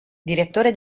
direttore